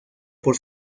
por